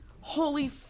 holy